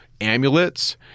amulets